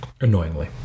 Annoyingly